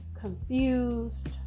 confused